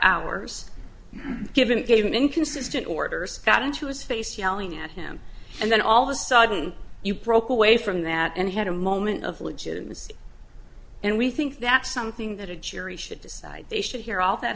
hours given given inconsistent orders got into his face yelling at him and then all of a sudden you broke away from that and had a moment of legitimacy and we think that's something that a jury should decide they should hear all that